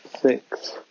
six